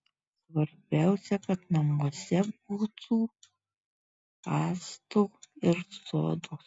svarbiausia kad namuose būtų acto ir sodos